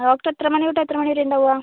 doctor എത്ര മണി തൊട്ട് എത്ര മണി വരെയാണ് ഉണ്ടാകുക